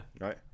right